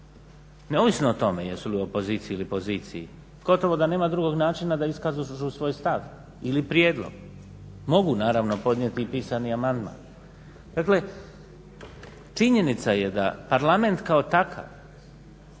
neovisno o tome jesu li u opoziciji ili opoziciji. Gotovo da nema drugog načina da iskažu svoj stav ili prijedlog. Mogu naravno podnijeti i pisani amandman. Dakle, činjenica je da parlament kao takav